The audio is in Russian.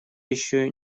еще